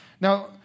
Now